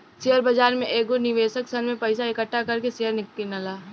share बाजार में कएगो निवेशक सन से पइसा इकठ्ठा कर के शेयर किनला